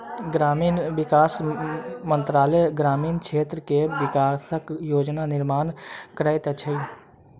ग्रामीण विकास मंत्रालय ग्रामीण क्षेत्र के विकासक योजना निर्माण करैत अछि